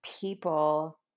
people